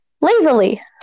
Lazily